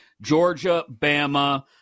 Georgia-Bama